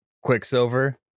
Quicksilver